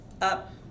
up